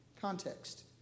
context